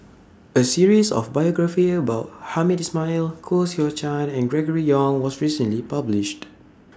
A series of biographies about Hamed Ismail Koh Seow Chuan and Gregory Yong was recently published